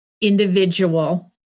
individual